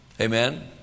Amen